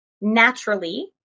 naturally